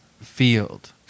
field